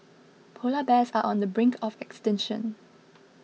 Polar Bears are on the brink of extinction